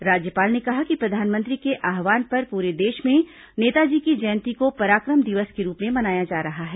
राज्यपाल ने कहा कि प्रधानमंत्री के आव्हान पर पूरे देश में नेताजी की जयंती को पराक्रम दिवस के रूप में मनाया जा रहा है